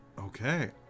okay